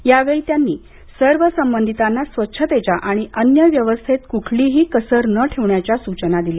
यावेळी त्यांनी सर्व संबधितांना स्वच्छतेच्या आणि अन्य व्यवस्थेत कुठलीही कसर न ठेवण्याच्या सूचना दिल्या